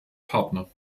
partner